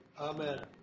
Amen